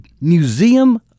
museum